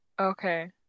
Okay